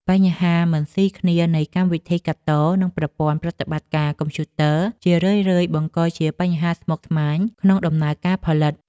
បញ្ហាមិនស៊ីគ្នានៃកម្មវិធីកាត់ត និងប្រព័ន្ធប្រតិបត្តិការកុំព្យូទ័រ ជារឿយៗបង្កជាភាពស្មុគស្មាញក្នុងដំណើរការផលិត។